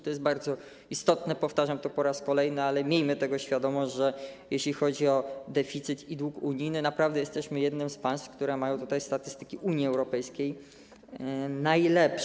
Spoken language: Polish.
To jest bardzo istotne, powtarzam to po raz kolejny, ale miejmy tego świadomość, że jeśli chodzi o deficyt i dług unijny, naprawdę jesteśmy jednym z państw, które mają najlepsze statystyki w Unii Europejskiej.